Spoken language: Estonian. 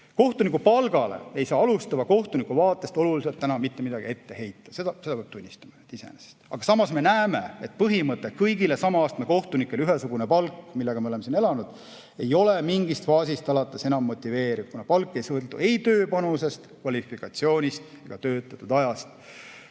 Kohtunike palgale ei saa alustava kohtuniku vaatest täna mitte midagi oluliselt ette heita, seda peab tunnistama iseenesest. Samas me näeme, et see põhimõte – kõigile sama astme kohtunikele ühesugune palk –, mille järgi me oleme siin elanud, ei ole mingist faasist alates enam motiveeriv, kuna palk ei sõltu ei tööpanusest, kvalifikatsioonist ega töötatud ajast.